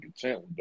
content